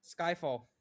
Skyfall